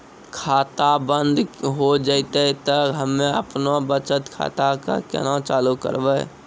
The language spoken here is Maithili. खाता बंद हो जैतै तऽ हम्मे आपनौ बचत खाता कऽ केना चालू करवै?